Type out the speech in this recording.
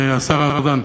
השר ארדן,